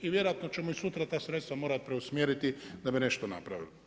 I vjerojatno ćemo i sutra ta sredstva morati preusmjeriti da bi nešto napravili.